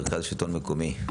המרכז לשלטון מקומי.